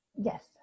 Yes